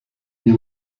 nie